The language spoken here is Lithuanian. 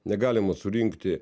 negalima surinkti